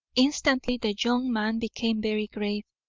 instantly the young man became very grave.